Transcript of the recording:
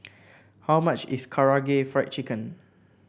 how much is Karaage Fried Chicken